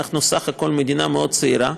אנחנו בסך הכול מדינה מאוד צעירה,